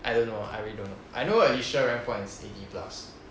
I don't know I really don't know I know alicia rank point is eighty plus